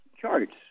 charts